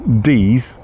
Ds